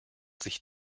sich